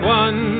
one